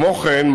כמו כן,